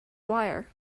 wire